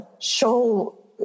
show